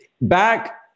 back